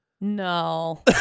No